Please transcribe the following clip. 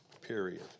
period